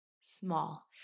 small